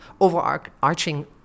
overarching